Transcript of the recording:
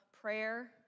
prayer